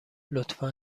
لطفا